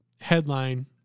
headline